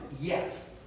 Yes